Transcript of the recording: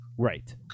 Right